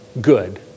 good